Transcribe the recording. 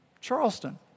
Charleston